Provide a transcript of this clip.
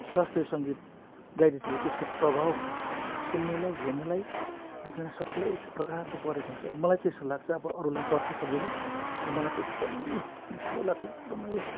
शास्त्रीय सङ्गीत गाइरहेछ भने त्यसको प्रभाव सुन्नेलाई हेर्नेलाई देख्नेलाई सबलाई एक प्रकारको परेको हुन्छ मलाई त्यसो लाग्छ अब अरूलाई पर्छ पर्दैन तर मलाई चाहिँएकदमै मिठो लाग्छ एकदमै